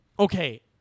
Okay